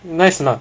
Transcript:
nice a not